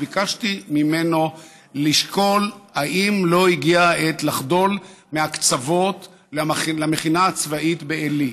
וביקשתי ממנו לשקול אם לא הגיעה העת לחדול מההקצבות למכינה הצבאית בעלי.